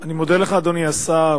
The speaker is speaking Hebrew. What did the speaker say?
אני מודה לך, אדוני השר.